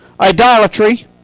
idolatry